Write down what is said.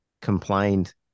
complained